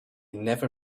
never